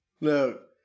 Look